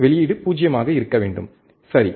வெளியீடு 0 ஆக இருக்க வேண்டும் சரி